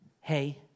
hey